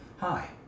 Hi